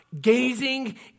gazing